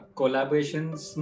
collaborations